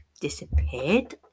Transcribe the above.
disappeared